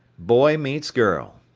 boy meets girl.